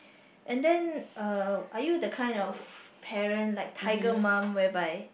and then uh are you the kind of parent like tiger mom whereby